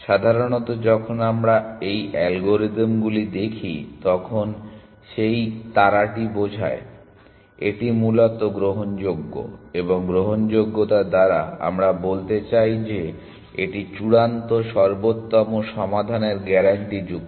সাধারণত যখন আমরা এই অ্যালগরিদমগুলি দেখি তখন সেই তারাটি বোঝায় যে এটি মূলত গ্রহণযোগ্য এবং গ্রহণযোগ্যতা দ্বারা আমরা বলতে চাই যে এটি চূড়ান্ত সর্বোত্তম সমাধানের গ্যারান্টিযুক্ত